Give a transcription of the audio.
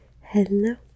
Hello